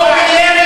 המאסה,